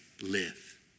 live